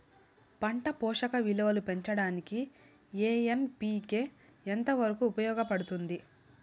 పంట పోషక విలువలు పెంచడానికి ఎన్.పి.కె ఎంత వరకు ఉపయోగపడుతుంది